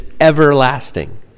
everlasting